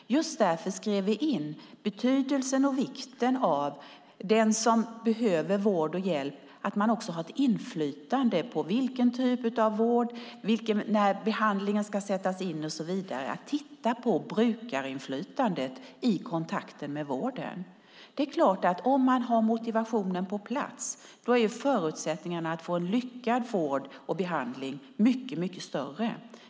Just därför skrev vi in betydelsen och vikten av att den som behöver vård och hjälp också ska ha ett inflytande över typ av vård, när behandlingen ska sättas in och så vidare - att titta på brukarinflytandet i kontakten med vården. Om man har motivationen på plats är det klart att förutsättningarna att få en lyckad vård och behandling är mycket större.